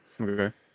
Okay